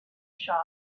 shop